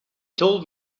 told